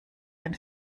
ein